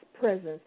presence